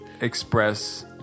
express